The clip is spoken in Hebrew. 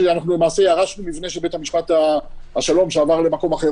שלמעשה ירשנו מבנה של בית המשפט השלום שעבר למקום אחר.